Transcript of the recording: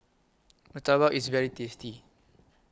Murtabak IS very tasty